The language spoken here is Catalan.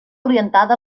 orientada